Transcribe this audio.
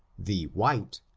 the white,